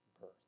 birth